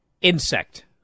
insect